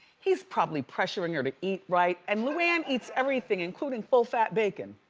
he's probably pressuring her to eat right. and luanne eats everything, including full-fat bacon.